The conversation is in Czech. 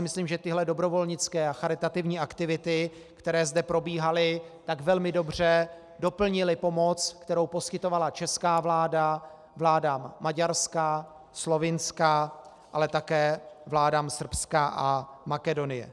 Myslím si, že tyhle dobrovolnické a charitativní aktivity, které zde probíhaly, velmi dobře doplnily pomoc, kterou poskytovala česká vláda vládám Maďarska, Slovinska, ale také vládám Srbska a Makedonie.